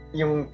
yung